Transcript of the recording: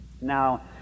Now